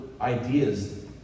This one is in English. ideas